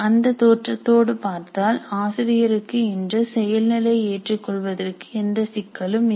அந்த தோற்றத்தோடு பார்த்தால் ஆசிரியருக்கு இன்று செயல்நிலை ஏற்றுக் கொள்வதற்கு எந்த சிக்கலும் இல்லை